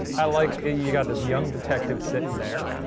i like you've got this young detective sittin' there,